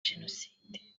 jenoside